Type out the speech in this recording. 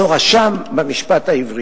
שורשו במשפט העברי.